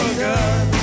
good